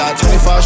25